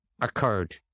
occurred